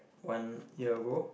one year ago